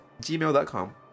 gmail.com